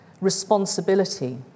responsibility